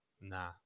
Nah